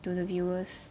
to the viewers